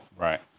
Right